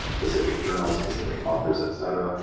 specific journals, specific authors etc.